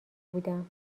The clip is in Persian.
بودم